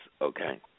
okay